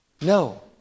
No